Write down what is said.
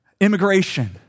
immigration